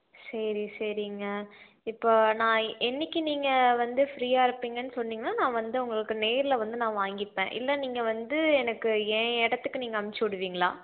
சரி சரிங்க இப்போ நான் என்றைக்கு நீங்கள் வந்து ஃப்ரீயாக இருப்பீங்கன்னு சொன்னிங்கன்னா நான் வந்து உங்களுக்கு நேரில் வந்து நான் வாங்கிப்பேன் இல்லை நீங்கள் வந்து எனக்கு ஏன் இடத்துக்கு நீங்கள் அனுப்பிச்சுடுவிங்களா